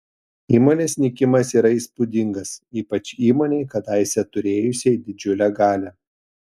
įmonės nykimas yra įspūdingas ypač įmonei kadaise turėjusiai didžiulę galią